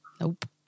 Nope